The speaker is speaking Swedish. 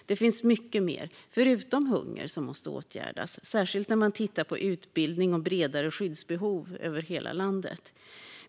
Det finns mycket mer, förutom hunger, som måste åtgärdas, särskilt när man tittar på utbildning och bredare skyddsbehov över hela landet.